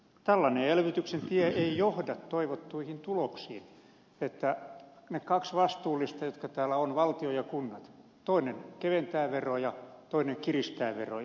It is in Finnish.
tällainen elvytyksen tie ei johda toivottuihin tuloksiin että niistä kahdesta vastuullisesta jotka täällä ovat valtio ja kunnat toinen keventää veroja toinen kiristää veroja